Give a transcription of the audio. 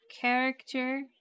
character